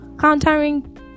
countering